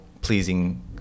pleasing